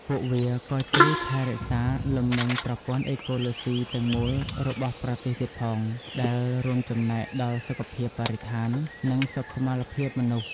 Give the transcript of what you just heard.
ពួកវាក៏ជួយថែរក្សាលំនឹងប្រព័ន្ធអេកូឡូស៊ីទាំងមូលរបស់ប្រទេសទៀតផង ដែលរួមចំណែកដល់សុខភាពបរិស្ថាន និងសុខុមាលភាពមនុស្ស។